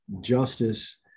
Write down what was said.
justice